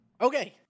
Okay